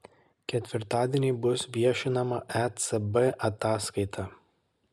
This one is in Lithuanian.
ketvirtadienį bus viešinama ecb ataskaita